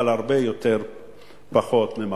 אבל הרבה פחות ממחר.